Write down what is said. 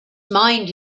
mind